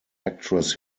actress